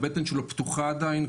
הבטן שלו פתוחה עדיין.